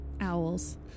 Owls